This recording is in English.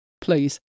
Please